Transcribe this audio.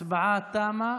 ההצבעה תמה.